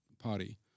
party